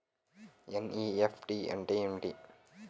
NEFT అంటే ఏమిటి?